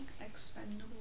expendable